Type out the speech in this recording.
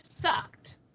sucked